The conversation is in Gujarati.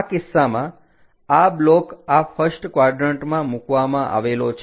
આ કિસ્સામાં આ બ્લોક આ ફર્સ્ટ ક્વાડરન્ટમાં મૂકવામાં આવેલો છે